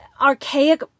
archaic